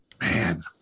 man